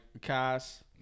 cast